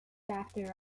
after